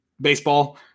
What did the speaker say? baseball